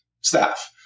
staff